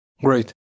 Great